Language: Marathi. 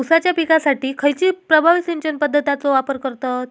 ऊसाच्या पिकासाठी खैयची प्रभावी सिंचन पद्धताचो वापर करतत?